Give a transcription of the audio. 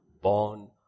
born